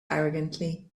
arrogantly